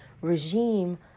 regime